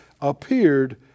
appeared